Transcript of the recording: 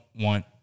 want